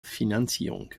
finanzierung